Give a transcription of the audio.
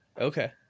Okay